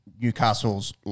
Newcastle's